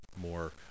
more